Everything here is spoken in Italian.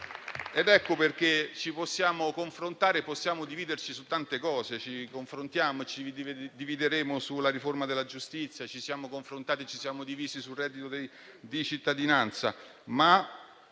la quale ci possiamo confrontare e dividere su tante cose: ci confrontiamo e ci divideremo sulla riforma della giustizia; ci siamo confrontati e ci siamo divisi sul reddito di cittadinanza.